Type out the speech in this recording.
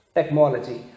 Technology